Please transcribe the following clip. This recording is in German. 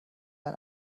ein